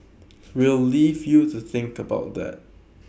we'll leave you to think about that